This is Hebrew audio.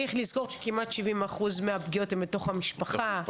צריך לזכור שכמעט 70% מהפגיעות הן בתוך המשפחה,